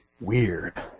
Weird